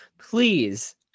Please